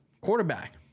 quarterback